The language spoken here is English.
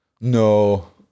no